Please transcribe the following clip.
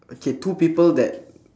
okay two people that